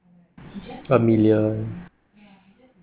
a million